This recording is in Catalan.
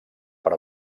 per